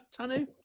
Tanu